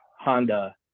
Honda